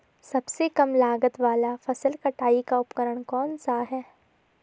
सबसे कम लागत वाला फसल कटाई का उपकरण कौन सा है?